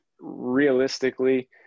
realistically